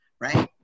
Right